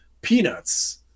peanuts